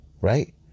right